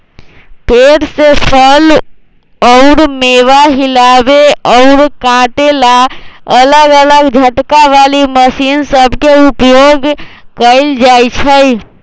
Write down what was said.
पेड़ से फल अउर मेवा हिलावे अउर काटे ला अलग अलग झटका वाली मशीन सब के उपयोग कईल जाई छई